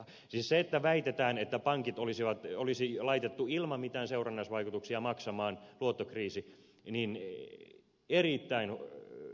siis se että väitetään että pankit olisi laitettu ilman mitään seurannaisvaikutuksia maksamaan luottokriisi osoittaa erittäin huonoa asiantuntemusta